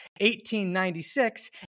1896